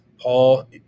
Paul